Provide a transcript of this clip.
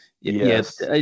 Yes